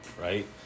right